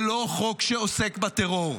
זה לא חוק שעוסק בטרור.